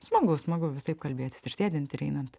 smagu smagu visaip kalbėtis ir sėdint ir einant